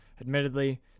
Admittedly